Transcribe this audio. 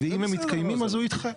ואם הם מתקיימים אז הוא ידחה.